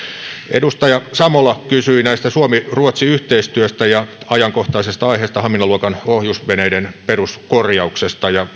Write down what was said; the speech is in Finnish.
edustaja savola kysyi suomi ruotsi yhteistyöstä ja ajankohtaisesta aiheesta hamina luokan ohjusveneiden peruskorjauksesta ja